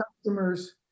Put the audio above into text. customers